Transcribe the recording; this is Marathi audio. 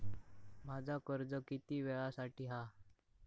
माझा कर्ज किती वेळासाठी हा?